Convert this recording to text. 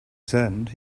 saddened